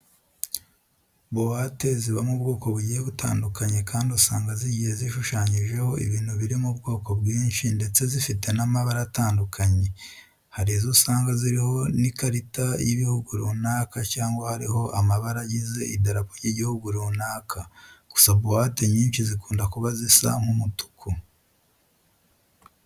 Buwate zibamo ubwoko bugiye butandukanye kandi usanga zigiye zishushanyijeho ibintu biri mu bwoko bwinshi ndetse zifite n'amabara atandukanye. Hari izo usanga ziriho nk'ikarita y'ibihugu runaka cyangwa hariho amabara agize idarapo ry'igihugu runaka. Gusa buwate nyinshi zikunda kuba zisa nk'umutuku.